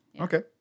Okay